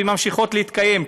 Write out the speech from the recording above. וממשיכות להתקיים,